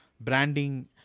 branding